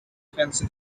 fancy